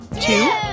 two